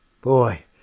Boy